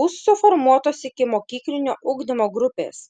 bus suformuotos ikimokyklinio ugdymo grupės